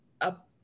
up